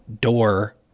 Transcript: door